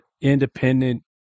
independent